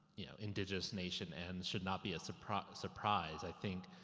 you know, indigenous nation and should not be a surprise surprise i think,